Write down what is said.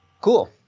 cool